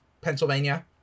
Pennsylvania